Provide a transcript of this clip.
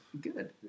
Good